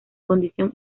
condición